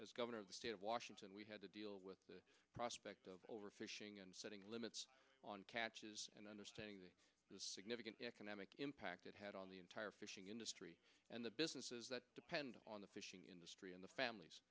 as governor of the state of washington we had to deal with the prospect of overfishing and setting limits on catches and understanding the significant economic impact it had on the entire fishing industry and the businesses that depend on the fishing industry and the families